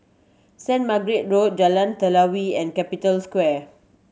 Saint Margaret Road Jalan Telawi and Capital Square